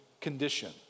condition